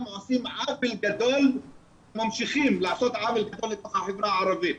אתם עושים עוול גדול וממשיכים לעשות עוול לתוך החברה הערבית,